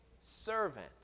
servant